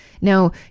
Now